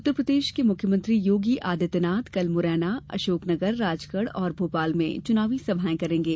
उत्तरप्रदेश के मुख्यमंत्री योगी आदित्यनाथ कल मुरैना अशोकनगर राजगढ़ और भोपाल में चुनावी सभाएं करेंगे